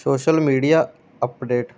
social media update